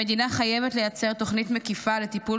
המדינה חייבת לייצר תוכנית מקיפה לטיפול